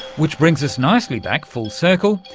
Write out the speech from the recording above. which brings us nicely back, full-circle,